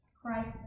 Christ